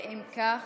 אם כך,